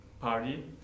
party